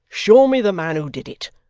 show me the man who did it.